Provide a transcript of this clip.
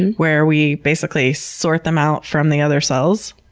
where we basically sort them out from the other cells.